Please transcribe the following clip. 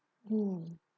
hmm